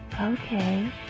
Okay